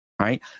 right